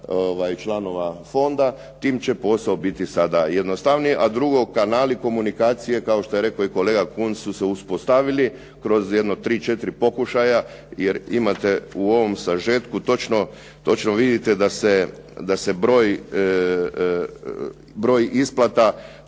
članova fonda, tim će posao sada biti jednostavniji, a drugo kanali komunikacije kao što je rekao i kolega Kunst su se uspostavili kroz jedno tri, četiri pokušaja, jer imate u ovom sažetku točno vidite da se broj isplata